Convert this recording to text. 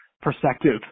perspective